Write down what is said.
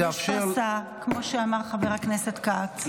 כמו שאמר חבר הכנסת כץ.